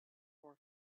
for